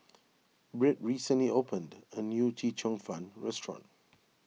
Britt recently opened a new Chee Cheong Fun restaurant